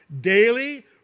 daily